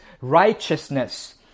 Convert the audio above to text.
righteousness